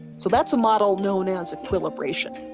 so that's a model known as equilibration.